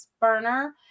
burner